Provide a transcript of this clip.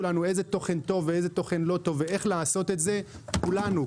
לנו איזה תוכן טוב ואיזה תוכן לא טוב ואיך לעשות את זה כולנו,